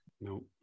No